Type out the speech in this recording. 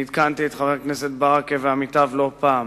אני עדכנתי את חבר הכנסת ברכה ועמיתיו לא פעם.